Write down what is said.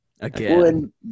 Again